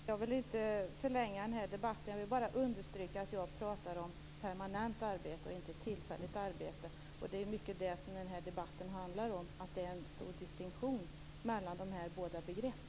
Fru talman! Jag vill inte förlänga denna debatt. Jag vill bara understryka att jag pratar om permanent arbete och inte om tillfälligt arbete. Det är mycket det som denna debatt handlar om. Det finns en viktig distinktion mellan dessa båda begrepp.